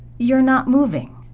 you're not moving.